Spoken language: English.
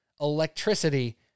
electricity